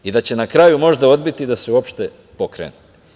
I da će na kraju možda odbiti da se uopšte pokrenu.